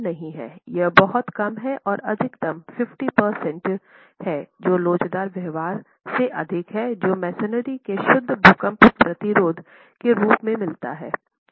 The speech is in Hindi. यह महत्वपूर्ण नहीं है यह बहुत कम हैं और अधिकतम 50 प्रतिशत है जो लोचदार व्यवहार से अधिक है जो मैसनरी के शुद्ध भूकंप प्रतिरोध के रूप में मिलता है